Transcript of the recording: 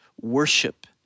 worship